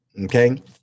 Okay